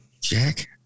Jack